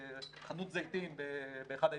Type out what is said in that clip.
או חנות זיתים באחד היישובים,